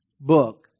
book